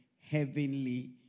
heavenly